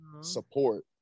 support